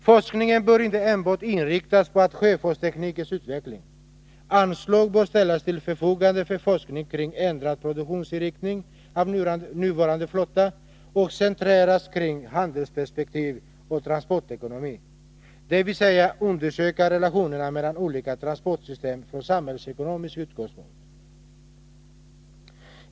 Forskningen bör inte enbart inriktas på sjöfartsteknikens utveckling. Anslag bör ställas till förfogande för sådan forskning som rör ändrad produktionsinriktning när det gäller nuvarande flotta och centreras kring ett helhetsperspektiv på transportekonomin, dvs. undersöker relationer mellan olika transportsystem från samhällsekonomisk utgångspunkt.